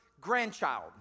grandchild